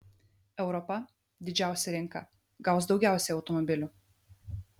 europa didžiausia rinka gaus daugiausiai automobilių